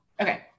Okay